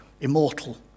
Immortal